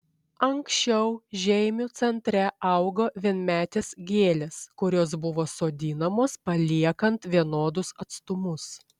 anksčiau žeimių centre augo vienmetės gėlės kurios buvo sodinamos paliekant vienodus atstumus